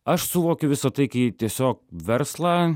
aš suvokiu visa tai kai tiesiog verslą